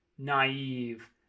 naive